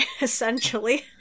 essentially